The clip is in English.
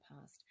past